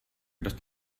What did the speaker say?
dost